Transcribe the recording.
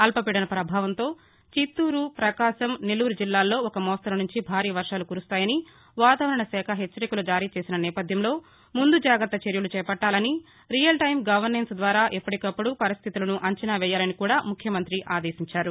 అల్పీడన ప్రభావంతో చిత్తూరు పకాశం నెల్లూరు జిల్లాల్లో ఒక మోస్తరు నుంచి భారీ వర్వాలు కురుస్తాయని వాతావరణ శాఖ హెచ్చరికలు జారీచేసిన నేపధ్యంలో ముందు జాగ్రత్త చర్యలు చేపట్టాలని రియల్టైమ్ గవర్నెన్స్ ద్వారా ఎప్పటికప్పుడు పరిస్ణితులను అంచనావేయాలని కూడా ముఖ్యమంతి ఆదేశించారు